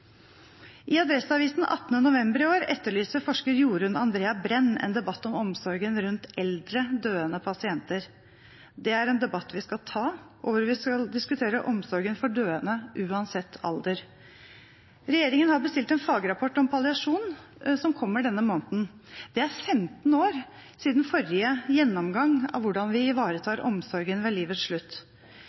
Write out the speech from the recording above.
I Adresseavisen 18. november i år etterlyser forsker Jorunn Andrea Brænd en debatt om omsorgen rundt eldre døende pasienter. Det er en debatt vi skal ta, og vi skal diskutere omsorgen for døende uansett alder. Regjeringen har bestilt en fagrapport om palliasjon som kommer denne måneden. Det er 15 år siden forrige gjennomgang av hvordan vi ivaretar omsorgen ved livets slutt.